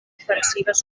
ofensives